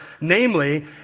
namely